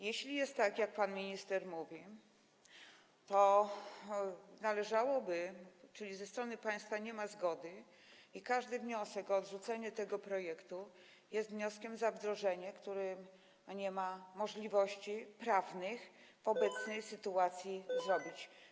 Jeśli jest tak, jak pan minister mówi, to należałoby... czyli ze strony państwa nie ma zgody i każdy wniosek o odrzucenie tego projektu jest wnioskiem o wdrożenie, a nie ma możliwości prawnych, żeby w obecnej sytuacji to zrobić.